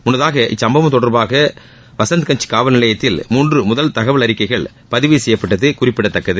முன்னதாக இச்சும்பவம் தொடர்பாக வசந்த்கன்ச் காவல்நிலையத்தில் மூன்று முதல் தகவல் அறிக்கைகள் பதிவு செய்யப்பட்டது குறிப்பிடத்தக்கது